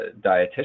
dietitian